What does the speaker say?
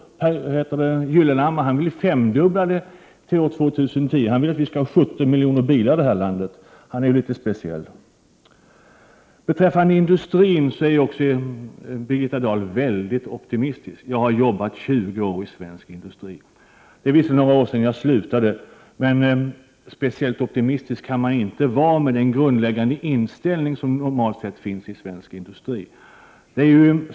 Pehr Gyllenhammar vill femdubbla antalet bilar fram till år 2010. Han vill att vi skall ha 17 miljoner bilar i det här landet. Han är ju litet speciell. Birgitta Dahl är mycket optimistisk när det gäller industrin. Jag har arbetat 20 år i svensk industri. Visserligen är det några år sedan jag slutade, men speciellt optimistisk kan man inte vara med den grundläggande inställning som normalt sett finns i svensk industri.